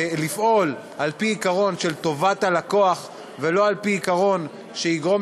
לפעול על-פי עיקרון של טובת הלקוח ולא על-פי עיקרון שיגרום